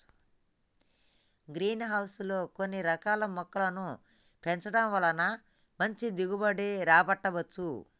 green house లో కొన్ని రకాల మొక్కలను పెంచడం వలన మంచి దిగుబడి రాబట్టవచ్చు